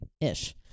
Ish